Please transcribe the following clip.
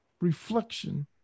reflection